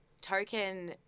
token –